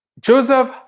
Joseph